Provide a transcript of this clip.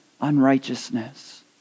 unrighteousness